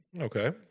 Okay